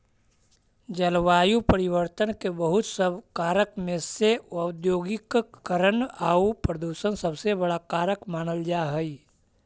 जलवायु परिवर्तन के बहुत सब कारक में से औद्योगिकीकरण आउ प्रदूषण सबसे बड़ा कारक मानल जा हई